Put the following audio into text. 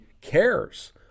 cares